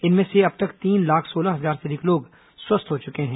इनमें से अब तक तीन लाख सोलह हजार से अधिक लोग स्वस्थ हो चुके हैं